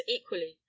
equally